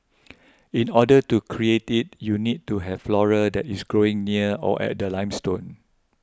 in order to create it you need to have flora that is growing near or at the limestone